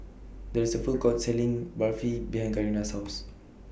There IS A Food Court Selling Barfi behind Karina's House